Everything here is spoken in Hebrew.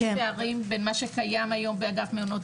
יש פערים בין מה שקיים היום באגף מעונות